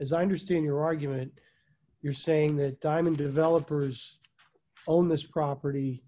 as i understand your argument you're saying that diamond developers own this property